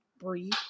breathe